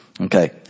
Okay